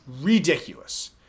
ridiculous